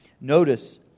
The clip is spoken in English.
Notice